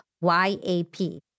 Y-A-P